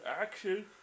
action